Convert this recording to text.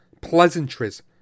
pleasantries